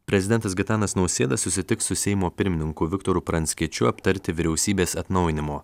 prezidentas gitanas nausėda susitiks su seimo pirmininku viktoru pranckiečiu aptarti vyriausybės atnaujinimo